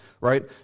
right